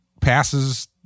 passes